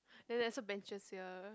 then there's also benches here